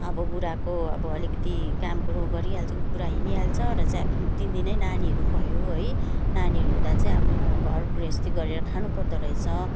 अब बुढाको अब अलिकति काम कुरो गरिहाल्छ बुढा हिँडिहाल्छ र चाहिँ दिनदिनै नानीहरू पनि भयो है नानीहरू हुदाँ चाहिँ म घर गृहस्थी गरेर खानु पर्दरहेछ